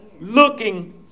looking